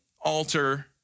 alter